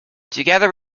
together